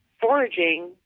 foraging